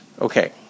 Okay